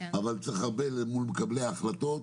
אבל צריך הרבה גם מול מקבלי ההחלטות,